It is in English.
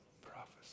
prophesy